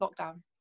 lockdown